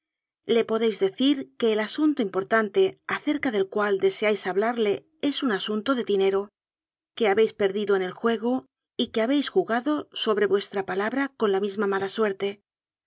le podéis decir que el asunto impor tante acerca del cual deseáis hablarle es un asunto de dinero que habéis perdido en el juego y que habéis jugado sobre vuestra palabra con la misma mala suerte